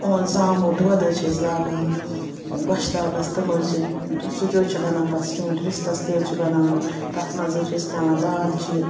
زامہٕ دۄد حظ چھِ أسۍ لاگان گۄشتابَس تِم حظ چھِ سُہ تہِ حظ چھِ بَنان پَتہٕ سیُٚن رِستَس تہِ حظ چھُ بَنان تَتھ منٛز حظ چھِ أسۍ ترٛاوان دالچیٖن